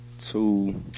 two